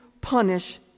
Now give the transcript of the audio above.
punish